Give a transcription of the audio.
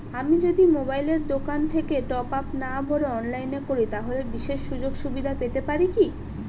আমি যদি মোবাইলের দোকান থেকে টপআপ না ভরে অনলাইনে করি তাহলে বিশেষ সুযোগসুবিধা পেতে পারি কি?